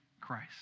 Christ